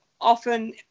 often